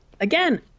again